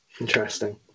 Interesting